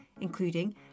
including